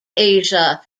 asia